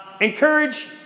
Encourage